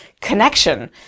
Connection